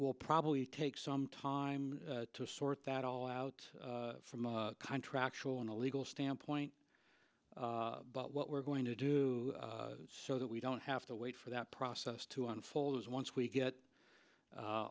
will probably take some time to sort that all out from the contractual and a legal standpoint but what we're going to do so that we don't have to wait for that process to unfold as once we get